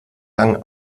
lang